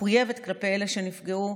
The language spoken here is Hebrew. מחויבים כלפי אלה שנפגעו,